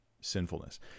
sinfulness